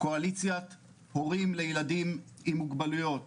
קואליציית הורים לילדים עם מוגבלויות